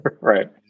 Right